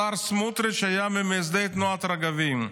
השר סמוטריץ' היה ממייסדי תנועת רגבים.